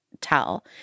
tell